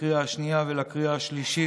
לקריאה השנייה ולקריאה השלישית,